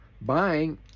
buying